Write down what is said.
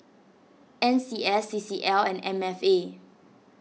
N C S C C L and M F A